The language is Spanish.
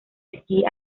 esquí